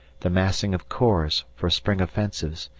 the massing of corps for spring offensives,